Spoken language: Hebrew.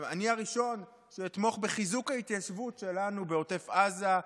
אני הראשון שאתמוך בחיזוק ההתיישבות שלנו בעוטף עזה,